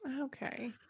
okay